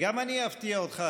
גם אני אפתיע אותך,